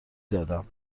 دادم